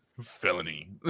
felony